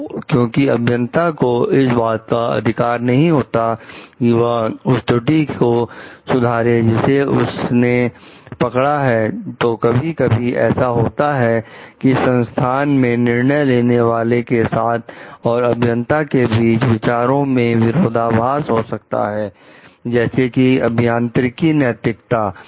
तो क्योंकि अभियंता को इस बात का अधिकार नहीं होता कि वह उस त्रुटि को सुधारे जिसे उसने पकड़ा है तो कभी कभी ऐसा होता है कि संस्थान में निर्णय लेने वाले के साथ और अभियंता के बीच विचारों में विरोधाभास हो सकता है जैसे कि अभियांत्रिकी नैतिकता